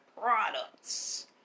products